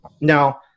Now